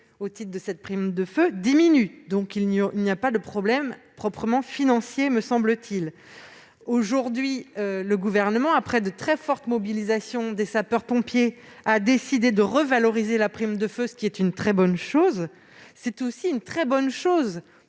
au titre de cette prime de feu diminue : il n'y a donc pas de problème proprement financier, me semble-t-il. Aujourd'hui, le Gouvernement, après de très fortes mobilisations des sapeurs-pompiers, a décidé de revaloriser la prime de feu, ce qui est une très bonne chose. La suppression de